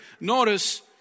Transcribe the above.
Notice